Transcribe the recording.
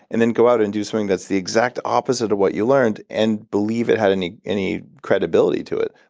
and then go out and do something that's the exact opposite of what you learned, and believe it had any any credibility to it?